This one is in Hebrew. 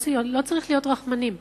לא צריך להיות רחמנים.